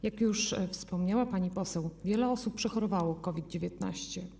Jak wspomniała pani poseł, wiele osób przechorowało już COVID-19.